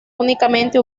únicamente